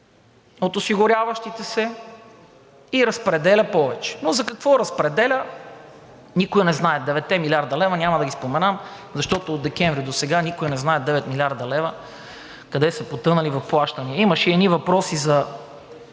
от осигуряващите се и разпределя повече. Но за какво разпределя? Никой не знае. Деветте милиарда лева няма да ги споменавам, защото от декември досега никой не знае 9 млрд. лв. къде са потънали в плащания? Имаше едни въпроси за